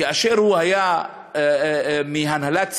כאשר הוא היה בהנהלת "סלקום",